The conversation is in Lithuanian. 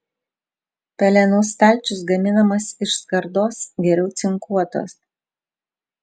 pelenų stalčius gaminamas iš skardos geriau cinkuotos